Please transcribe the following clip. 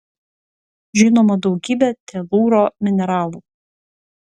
žinoma daugybė telūro mineralų